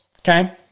okay